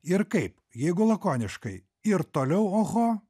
ir kaip jeigu lakoniškai ir toliau oho